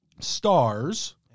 Stars